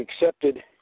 accepted